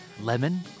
lemon